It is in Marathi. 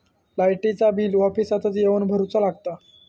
लाईटाचा बिल ऑफिसातच येवन भरुचा लागता?